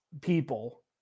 people